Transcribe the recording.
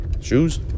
Shoes